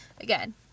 again